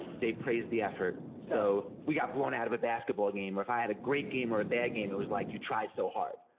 they praised the effort. so if we got blown out of a basketball game, or if i had a great game or a bad game, it was like, you tried so hard.